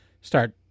start